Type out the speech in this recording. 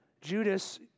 Judas